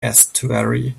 estuary